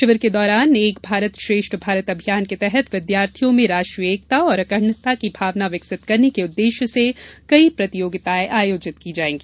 शिविर के दौरान एक भारत श्रेष्ठ भारत अभियान के तहत विद्यार्थियों में राष्ट्रीय एकता और अखण्डता की भावना विकसित करने के उद्वेश्य से कई प्रतियोगिताएं आयोजित की जायेंगी